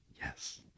Yes